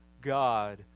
God